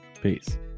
Peace